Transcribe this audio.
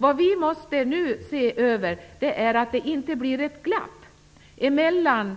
Vad vi nu måste se till är att det inte blir ett glapp i och med